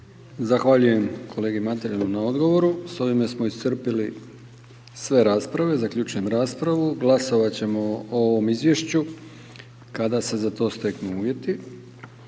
Zahvaljujem kolegi Mateljanu na odgovoru. S ovime smo iscrpili sve rasprave. Zaključujem raspravu. Glasovati ćemo o ovom izvješću kada se za to steknu uvjeti.